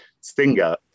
stinger